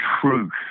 truth